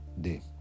day